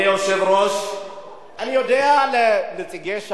אני, זה הסתה.